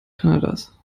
kanadas